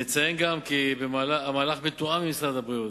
נציין גם כי המהלך מתואם עם משרד הבריאות,